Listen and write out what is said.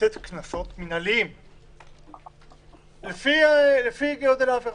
להטיל קנסות מנהליים לפי גודל העבירה.